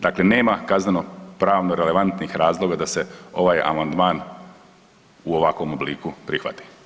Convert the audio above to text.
Dakle, nema kaznenopravnih relevantnih razloga da se ovaj amandman u ovakvom obliku prihvati.